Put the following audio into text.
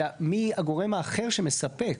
אלא מי הגורם האחר שמספק.